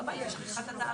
והנושא השני הוא נושא הרכש.